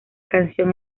canción